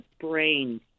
brain